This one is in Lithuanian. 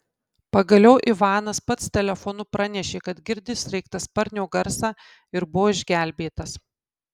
pagaliau ivanas pats telefonu pranešė kad girdi sraigtasparnio garsą ir buvo išgelbėtas